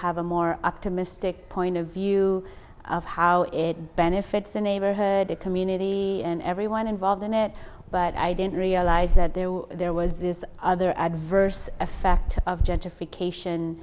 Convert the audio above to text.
have a more optimistic point of view of how it benefits the neighborhood the community and everyone involved in it but i didn't realize that there were there was this other adverse effect of gentrification